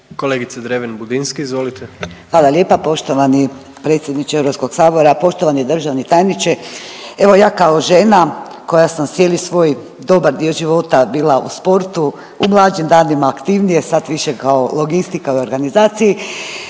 izvolite. **Dreven Budinski, Nadica (HDZ)** Hvala lijepa poštovani predsjedničke Hrvatskog sabora. Poštovani državni tajniče, evo ja kao žena koja sam cijeli svoj dobar dio života bila u sportu, u mlađim danima aktivnije sad više kao logistika i u organizaciji,